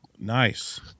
nice